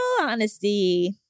honesty